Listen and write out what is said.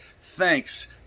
Thanks